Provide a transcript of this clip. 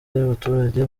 y’abaturage